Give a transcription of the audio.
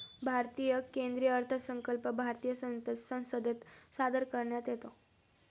भारतीय केंद्रीय अर्थसंकल्प भारतीय संसदेत सादर करण्यात येतो